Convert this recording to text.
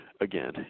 again